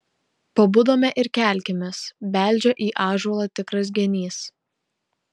pabudome ir kelkimės beldžia į ąžuolą tikras genys